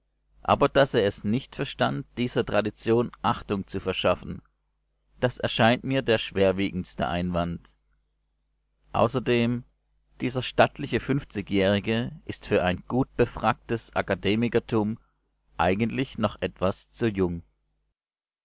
aber daß er es nicht verstand dieser tradition achtung zu verschaffen das erscheint mir der schwerwiegendste einwand außerdem dieser stattliche fünfzigjährige ist für ein gutbefracktes akademikertum eigentlich noch etwas zu jung